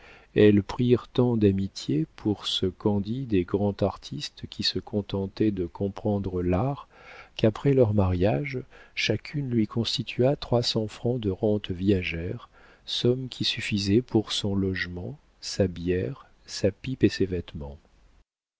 elles prirent tant d'amitié pour ce candide et grand artiste qui se contentait de comprendre l'art qu'après leur mariage chacune lui constitua trois cents francs de rente viagère somme qui suffisait pour son logement sa bière sa pipe et ses vêtements